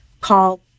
call